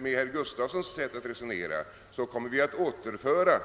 Med herr Gustavssons sätt att resonera skulle vi få